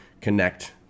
connect